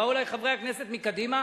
באו אלי חברי הכנסת מקדימה